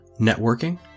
networking